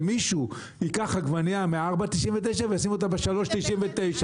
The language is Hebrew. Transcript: ומישהו ייקח עגבנייה מ-4.99 וישים אותה ב-3.99.